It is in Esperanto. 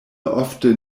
ofte